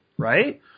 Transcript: Right